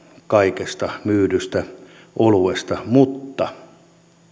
kaikesta myydystä oluesta mutta